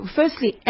firstly